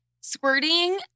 Squirting